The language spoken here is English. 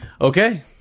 Okay